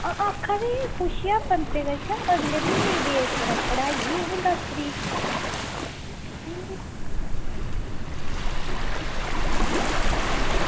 आक्खेआ पुच्छेआ अगले म्हीने दी डेट कराई लैचे पंतै कोला कढाई उनें दस्स तरीक